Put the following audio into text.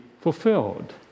fulfilled